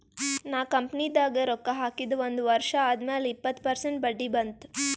ನಾ ಕಂಪನಿದಾಗ್ ರೊಕ್ಕಾ ಹಾಕಿದ ಒಂದ್ ವರ್ಷ ಆದ್ಮ್ಯಾಲ ಇಪ್ಪತ್ತ ಪರ್ಸೆಂಟ್ ಬಡ್ಡಿ ಬಂತ್